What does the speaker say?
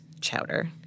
chowder